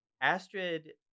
Astrid